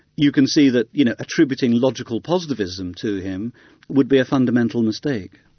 you can see that you know attributing logical positivism to him would be a fundamental mistake.